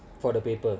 for the paper